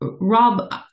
Rob